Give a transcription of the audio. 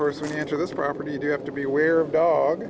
course when you enter this property you do have to be aware of dog